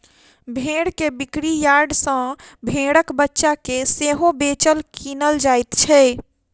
भेंड़ बिक्री यार्ड सॅ भेंड़क बच्चा के सेहो बेचल, किनल जाइत छै